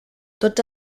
tots